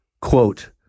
Quote